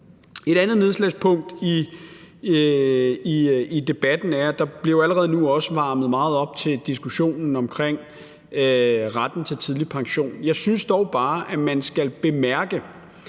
Et andet nedslagspunkt i debatten er, at der jo allerede nu også bliver varmet meget op til diskussionen om retten til tidlig pension. Jeg synes dog bare, at man skal bemærke,